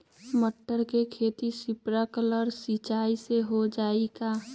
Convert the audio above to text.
मटर के खेती स्प्रिंकलर सिंचाई से हो जाई का?